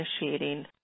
initiating